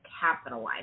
capitalize